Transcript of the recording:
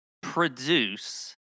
produce